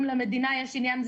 אם למדינה יש עניין,